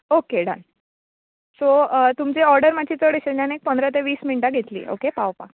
okay done so तुमची order माच्ची चड अशी आनी एक पंदरा ते वीस मिणटां घेतली ओके पावपा